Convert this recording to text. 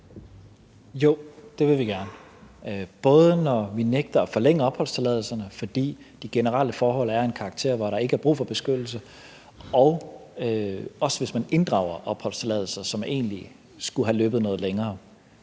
Jo, det vil vi gerne, både når vi nægter at forlænge opholdstilladelserne, fordi de generelle forhold er af en karakter, hvor der ikke er brug for beskyttelse, og også hvis vi inddrager opholdstilladelser, som egentlig skulle have løbet noget længere.